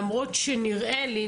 למרות שנראה לי,